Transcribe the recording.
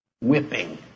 whipping